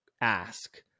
ask